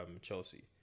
chelsea